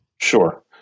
sure